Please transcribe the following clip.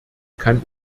kann